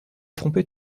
trompés